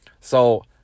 So-